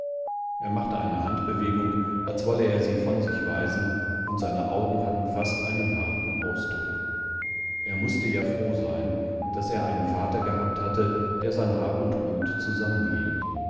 er machte eine handbewegung als wolle er sie von sich weisen und seine augenhattenfasteinenhartenausdruck ermußtejafrohsein daßereinen vater gehabt hatte der sein hab und gut